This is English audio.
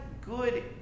good